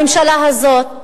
הממשלה הזאת,